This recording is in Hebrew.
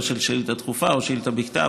או של שאילתה דחופה או שאילתה בכתב,